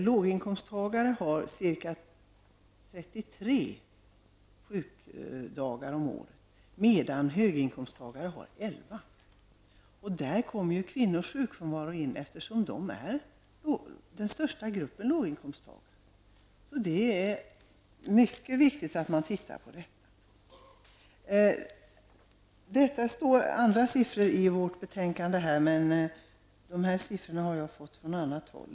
Låginkomsttagare har ca 33 sjukdagar om året, medan höginkomsttagare har elva. Här kommer kvinnornas sjukfrånvaro in i bilden. Kvinnorna är ju den största gruppen låginkomsttagare. Det är således mycket viktigt att dessa förhållanden ses över. Det är andra siffror som nämns i det aktuella betänkandet. De siffror som jag här har redogjort för har jag fått från annat håll.